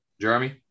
Jeremy